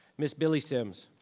ms. billy sims.